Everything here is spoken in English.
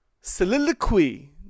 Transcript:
soliloquy